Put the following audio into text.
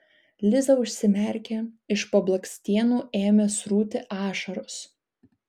liza užsimerkė iš po blakstienų ėmė srūti ašaros